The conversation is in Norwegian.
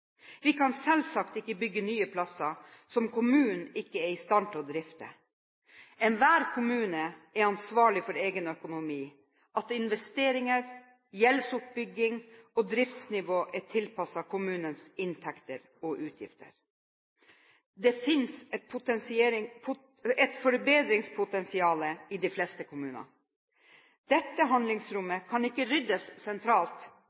Vi kan selvsagt ikke bygge nye plasser som kommunene ikke er i stand til å drifte. Enhver kommune er ansvarlig for egen økonomi, at investeringer, gjeldsoppbygging og driftsnivå er tilpasset kommunens inntekter og utgifter. Det finnes et forbedringspotensial i de fleste kommuner. Dette handlingsrommet kan ikke ryddes sentralt,